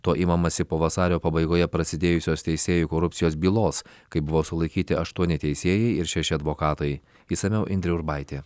to imamasi po vasario pabaigoje prasidėjusios teisėjų korupcijos bylos kai buvo sulaikyti aštuoni teisėjai ir šeši advokatai išsamiau indrė urbaitė